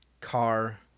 Car